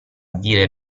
dire